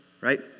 right